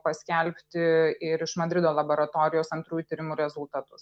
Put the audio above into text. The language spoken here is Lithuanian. paskelbti ir iš madrido laboratorijos antrųjų tyrimų rezultatus